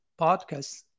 podcast